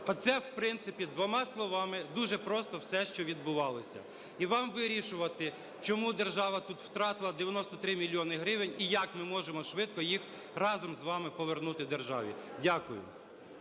Оце, в принципі, двома словами дуже просто все, що відбувалося. І вам вирішувати, чому держава тут втратила 93 мільйони гривень, і як ми можемо швидко їх разом з вами повернути державі. Дякую.